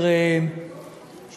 להחלטת